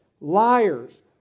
liars